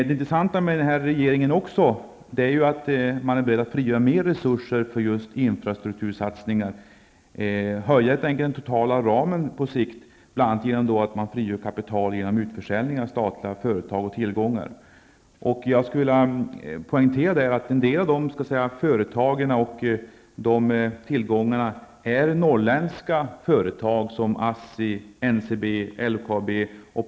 Det intressanta med den här regeringen är också att den är beredd att frigöra mer resurser för just infrastruktursatsningar, helt enkelt höja den totala ramen på sikt, bl.a. genom att frigöra kapital genom utförsäljning av statliga företag och tillgångar. Jag skulle vilja poängtera att en del av de företagen och tillgångarna är norrländska företag, som ASSI, NCB och LKAB.